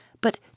but